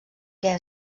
què